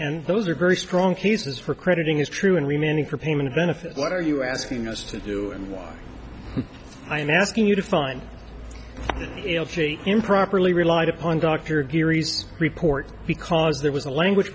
and those are very strong cases for crediting is true and remaining for payment of benefit what are you asking us to do and why i am asking you to find it improperly relied upon dr geary's report because there was a language